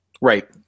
Right